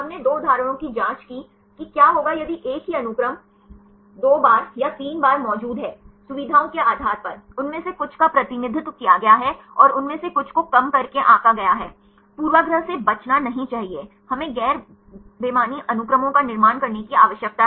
हमने दो उदाहरणों की जांच की कि क्या होगा यदि एक ही अनुक्रम दो बार या तीन बार मौजूद हैं सुविधाओं के आधार पर उनमें से कुछ का प्रतिनिधित्व किया गया है और उनमें से कुछ को कम करके आंका गया है पूर्वाग्रह से बचना नहीं चाहिए हमें नॉन रेडंडेंट अनुक्रमों का निर्माण करने की आवश्यकता है